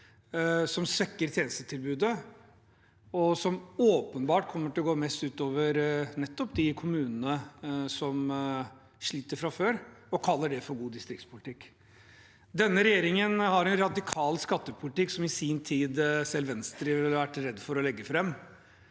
som svekker tjenestetilbudet, og som åpenbart kommer til å gå mest ut over nettopp de kommunene som sliter fra før. Så kaller de det for god distriktspolitikk. Denne regjeringen har en radikal skattepolitikk, som selv Venstre i sin tid ville vært redd for å legge fram